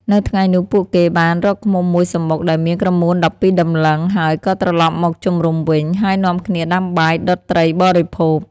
នៅថ្ងៃនោះ ពួកគេបានរកឃ្មុំមួយសំបុកដែលមានក្រមួន១២តម្លឹង ហើយក៏ត្រឡប់មកជំរំវិញ ហើយនាំគ្នាដាំបាយដុតត្រីបរិភោគ។